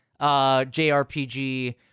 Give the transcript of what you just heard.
JRPG